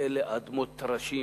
שאלה אדמות טרשים